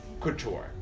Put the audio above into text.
couture